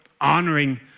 honoring